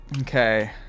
Okay